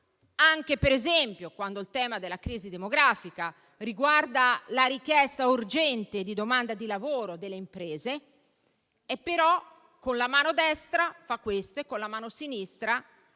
anche per esempio sul tema della crisi demografica, anche quando questo riguarda la richiesta urgente di domanda di lavoro delle imprese. Se, però, con la mano destra fa questo, con la mano sinistra